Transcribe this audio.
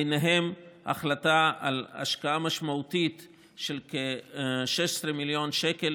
ובהן החלטה על השקעה משמעותית של כ-16 מיליון שקל,